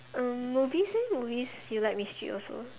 um movies eh movies you like mystery also